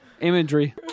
Imagery